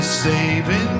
Saving